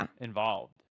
involved